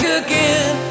again